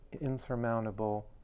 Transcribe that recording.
insurmountable